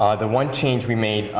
ah the one change we made,